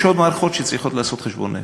יש עוד מערכות שצריכות לעשות חשבון נפש,